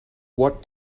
what